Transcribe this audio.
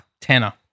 Tanner